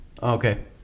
Okay